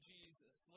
Jesus